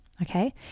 Okay